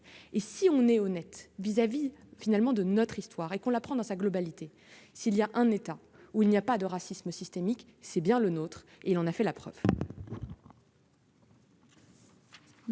et si on est honnête vis-à-vis finalement de notre histoire et qu'on la prend dans sa globalité, s'il y a un état où il n'y a pas de racisme systémique, c'est bien le nôtre et il en a fait la preuve.